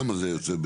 כמה זה יוצא?